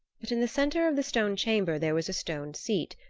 but in the center of the stone chamber there was a stone seat,